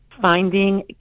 finding